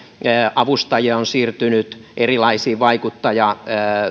avustajia on siirtynyt erilaisiin